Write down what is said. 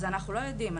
אז אנחנו לא יודעים,